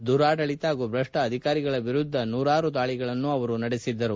ದುರಾಡಳಿತ ಹಾಗೂ ಭಪ್ನ ಅಧಿಕಾರಿಗಳ ವಿರುದ್ಧ ನೂರಾರು ದಾಳಿಗಳನ್ನು ಅವರು ನಡೆಸಿದ್ದರು